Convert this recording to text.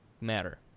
matter